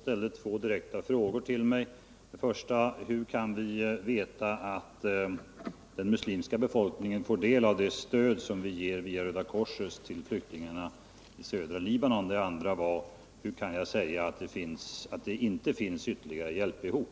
ställde två direkta frågor till mig. Den första gällde hur vi kunde veta att den muslimska befolkningen får del av det stöd som vi ger via Röda korset just till flyktingarna i södra Libanon. Den andra frågan gällde hur jag kunde säga att det inte finns ytterligare hjälpbehov.